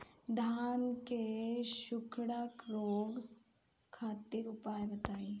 धान के सुखड़ा रोग खातिर उपाय बताई?